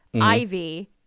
Ivy